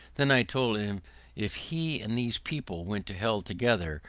then i told him if he and these people went to hell together,